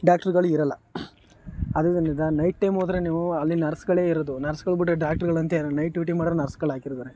ಡಾಕ್ಟ್ರಗಳು ಇರೋಲ್ಲ ಆದುದರಿಂದ night time ಹೋದ್ರೆ ನೀವು ಅಲ್ಲಿ ನರ್ಸ್ಗಳೇ ಇರೋದು ನರ್ಸ್ಗಳೂ ಕೂಡ ಡಾಕ್ಟ್ರಗಳಂತೆ ನೈಟ್ ಡ್ಯೂಟಿ ಮಾಡೋಕೆ ನರ್ಸ್ಗಳು ಹಾಕಿರ್ತಾರೆ